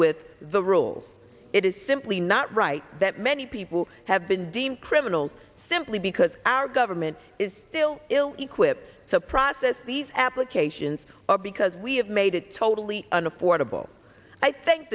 with the rules it is simply not right that many people have been deemed criminals simply because our government is still ill equipped to process these applications or because we have made it totally an affordable i thank